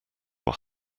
were